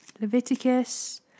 Leviticus